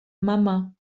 mama